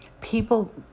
people